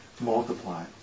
Multiply